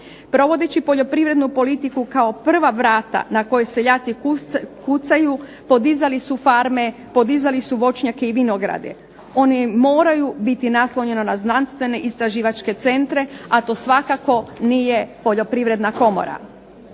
Provodeći poljoprivrednu politiku kao prva vrata na kojoj seljaci kucaju podizali su farme, podizali su voćnjake i vinograde. Oni moraju biti naslonjeni na znanstvene i istraživačke centre a to svakako nije Poljoprivredna komora.